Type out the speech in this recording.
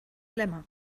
lemma